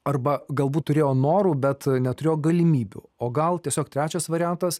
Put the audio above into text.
arba galbūt turėjo norų bet neturėjo galimybių o gal tiesiog trečias variantas